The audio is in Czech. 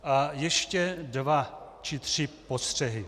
A ještě dva či tři postřehy.